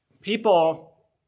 people